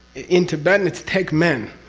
in tibetan, it's tek men,